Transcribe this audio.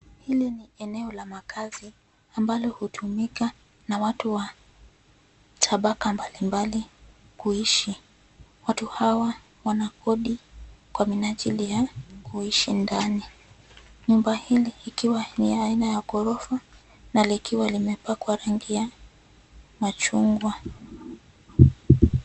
Hili eneo la makazi, ambalo hutumika na watu wa tabaka mbalimbali kuishi. Watu hawa wana kodi kwa minajili ya kuishi ndani. Nyumba hili ikiwa ni aina ya ghorofa na likiwa limepakwa rangi ya machungwa.